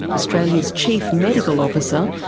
australia's chief medical officer,